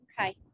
Okay